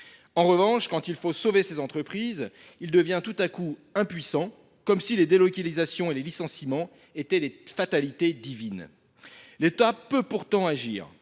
En revanche, quand il faut sauver ces entreprises, il devient tout à coup impuissant, comme si les délocalisations et les licenciements étaient des fatalités divines. L'État peut pourtant agir.